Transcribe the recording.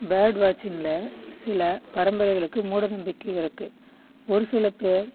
bird வாட்ச்சிங்கில் சில பரம்பரைகளுக்கு மூட நம்பிக்கை இருக்குது ஒரு சில பேர்